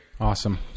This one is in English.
Awesome